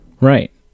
Right